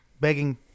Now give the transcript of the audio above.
begging